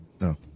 No